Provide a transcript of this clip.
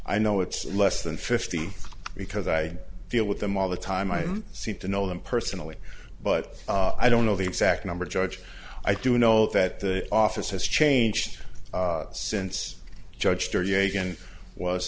i know it's less than fifty because i deal with them all the time i seem to know them personally but i don't know the exact number judge i do know that the office has changed since judge judy